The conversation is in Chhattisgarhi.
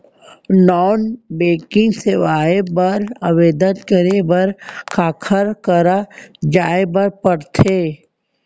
नॉन बैंकिंग सेवाएं बर आवेदन करे बर काखर करा जाए बर परथे